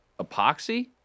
Epoxy